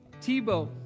Tebow